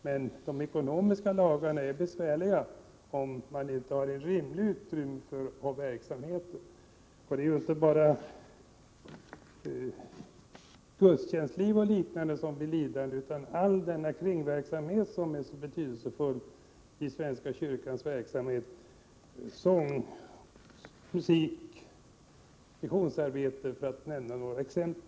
Men de ekonomiska reglerna är besvärliga, om det inte finns rimligt utrymme för verksamheten. Inte bara gudstjänstlivet blir lidande utan också all kringverksamhet som är så betydelsefull i den svenska kyrkans verksamhet. Jag tänker på sång, musik, missionsarbete och ungdomsarbete för att nämna några exempel.